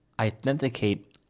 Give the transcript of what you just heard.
authenticate